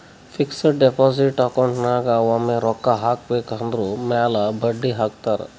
fixed deposit account ನಾಗ್ ಒಮ್ಮೆ ರೊಕ್ಕಾ ಹಾಕಬೇಕ್ ಅದುರ್ ಮ್ಯಾಲ ಬಡ್ಡಿ ಹಾಕ್ತಾರ್